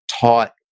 taught